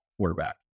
quarterback